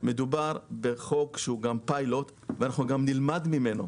שמדובר בחוק שהוא גם פיילוט ואנחנו גם נלמד ממנו.